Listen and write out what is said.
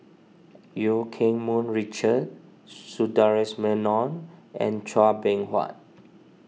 Eu Keng Mun Richard Sundaresh Menon and Chua Beng Huat